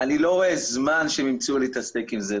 אני לא רואה זמן שהם ימצאו להתעסק עם זה.